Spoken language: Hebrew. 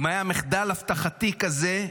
אם היה מחדל אבטחתי כזה,